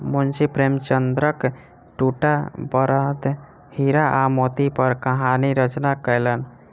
मुंशी प्रेमचंदक दूटा बड़द हीरा आ मोती पर कहानी रचना कयलैन